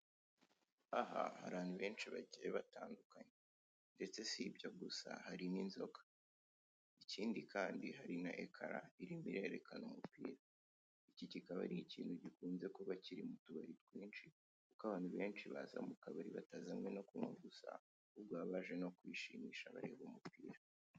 Aha hari abantu benshi bagiye batandukanye ndetse si ibyo gusa hari n'inzoga. ikindi kandi hari na ekara iri imbere yerekana umupira. Iki kikaba ari ikintu gikunze kuba kiri mu tubari twinshi, kuko abantu benshi baza mu kabari batazanwe no kunywa gusa, ahubwo baba baje no kwishimisha bareba umupira.